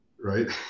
Right